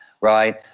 right